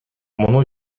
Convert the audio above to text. муну